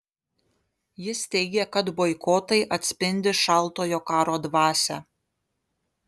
jis teigė kad boikotai atspindi šaltojo karo dvasią